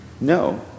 No